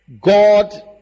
God